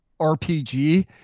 RPG